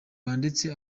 ndetse